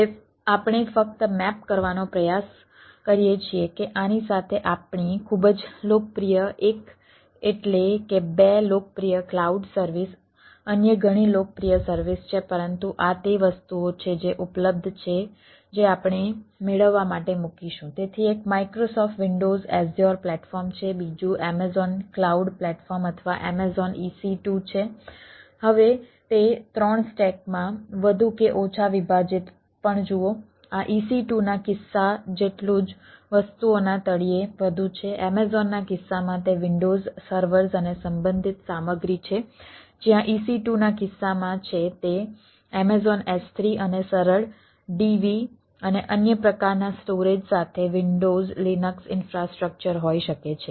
હવે આપણે ફક્ત મેપ ઈન્ફ્રાસ્ટ્રક્ચર હોઈ શકે છે